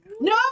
No